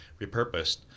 repurposed